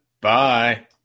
Bye